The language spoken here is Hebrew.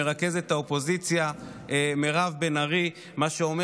מרכזת האופוזיציה מירב בן ארי וחברת הכנסת מירב כהן,